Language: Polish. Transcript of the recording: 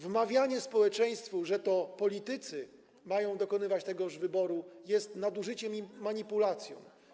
Wmawianie społeczeństwu, że to politycy mają dokonywać tegoż wyboru, jest nadużyciem i manipulacją.